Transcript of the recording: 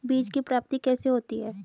बीज की प्राप्ति कैसे होती है?